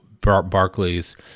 Barclays